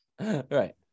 right